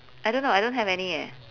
I don't know I don't have any eh